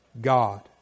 God